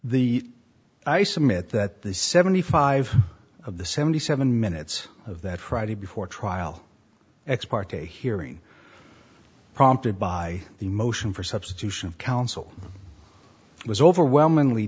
the i submit that the seventy five of the seventy seven minutes of that friday before trial ex parte hearing prompted by the motion for substitution of counsel was overwhelmingly